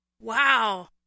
Wow